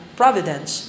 providence